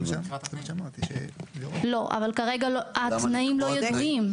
לא, אבל כרגע התנאים לא ידועים.